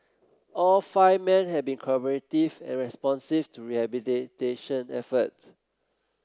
all five men had been cooperative and responsive to rehabilitation efforts